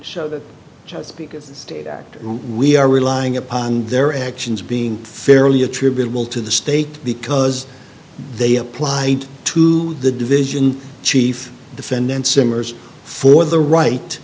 of the state act we are relying upon their actions being fairly attributable to the state because they apply to the division chief defendants simmers for the right